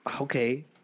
Okay